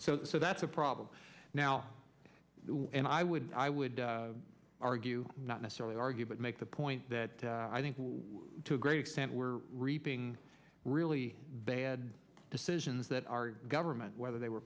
ok so that's the problem now and i would i would argue not necessarily argue but make the point that i think to a great extent we're reaping really bad decisions that our government whether they were